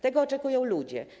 Tego oczekują ludzie.